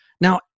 Now